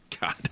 God